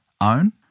own